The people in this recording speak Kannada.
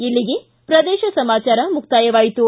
ಇಲ್ಲಿಗೆ ಪ್ರದೇಶ ಸಮಾಚಾರ ಮುಕ್ತಾಯವಾಯಿತು